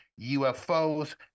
UFOs